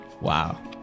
Wow